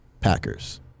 Packers